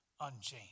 unchanged